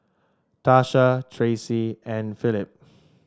Tasha Tracie and Philip